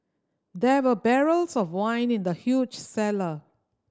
there were barrels of wine in the huge cellar